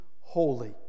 holy